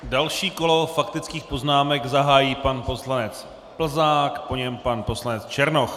Další kolo faktických poznámek zahájí pan poslanec Plzák, po něm pan poslanec Černoch.